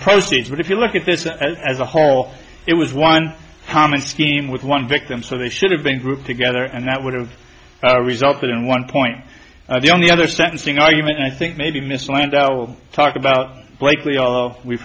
proceeds but if you look at this as a whole it was one common scheme with one victim so they should have been grouped together and that would have resulted in one point the only other sentencing argument i think maybe mr land will talk about blakely although we've